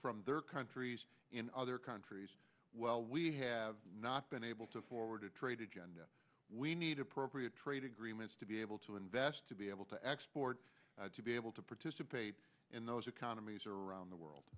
from their countries in other countries well we have not been able to forward a trade agenda we need appropriate trade agreements to be able to invest to be able to export to be able to participate in those economies around the